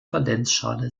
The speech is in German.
valenzschale